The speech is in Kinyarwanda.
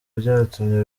byatumye